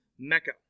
mecca